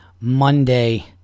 Monday